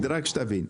רק שתבין,